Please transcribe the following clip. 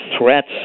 threats